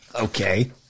Okay